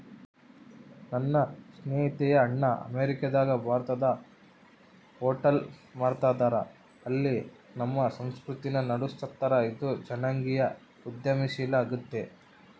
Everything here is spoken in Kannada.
ನನ್ನ ಸ್ನೇಹಿತೆಯ ಅಣ್ಣ ಅಮೇರಿಕಾದಗ ಭಾರತದ ಹೋಟೆಲ್ ಮಾಡ್ತದರ, ಅಲ್ಲಿ ನಮ್ಮ ಸಂಸ್ಕೃತಿನ ನಡುಸ್ತದರ, ಇದು ಜನಾಂಗೀಯ ಉದ್ಯಮಶೀಲ ಆಗೆತೆ